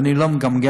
ואני לא מגמגם,